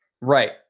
Right